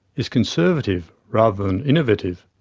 is conservative rather than innovative.